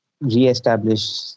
re-establish